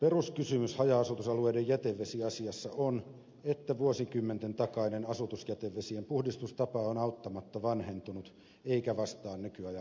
peruskysymys haja asutusalueiden jätevesiasiassa on että vuosikymmenten takainen asutusjätevesien puhdistustapa on auttamatta vanhentunut eikä vastaa nykyajan vaatimustasoa